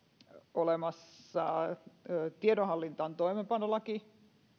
olemassa tiedonhallintaan toimeenpanolaki